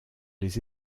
les